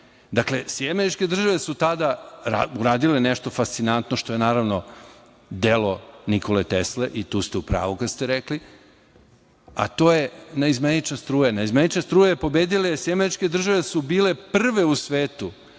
Dakle, SAD su tada uradile nešto fascinantno, što je naravno delo Nikole Tesle, i tu ste u pravu kad ste rekle, a to je naizmenična struja. Naizmenična struja je pobedila, jer SAD su bile prve u svetu